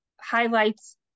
highlights